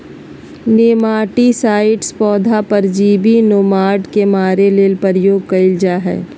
nematicides पौधा परजीवी nematode के मारे ले प्रयोग कयल जा हइ